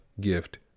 gift